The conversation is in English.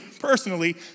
Personally